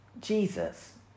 Jesus